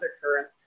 current